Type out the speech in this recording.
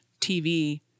TV